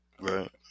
right